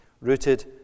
Rooted